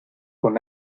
con